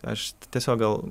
aš tiesiog gal